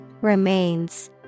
Remains